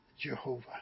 Jehovah